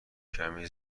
کمی